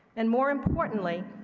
and more importantly,